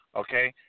okay